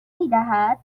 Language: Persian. میدهد